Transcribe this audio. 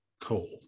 coal